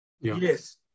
yes